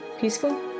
peaceful